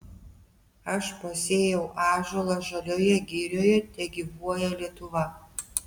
aš pasėjau ąžuolą žalioje girioje tegyvuoja lietuva